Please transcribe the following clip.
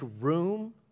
room